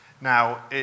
Now